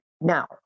Now